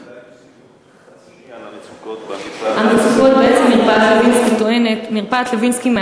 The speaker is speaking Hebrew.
אולי תוסיפי עוד חצי שנייה על המצוקות במרפאת לוינסקי.